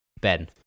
Ben